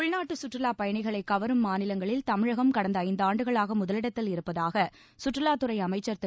உள்நாட்டு சுற்றுலாப் பயணிகளைக் கவரும் மாநிலங்களில் தமிழகம் கடந்த ஐந்தாண்டுகளாக முதலிடத்தில் இருப்பதாக சுற்றுலாத் துறை அமைச்சர் திரு